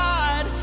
God